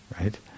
right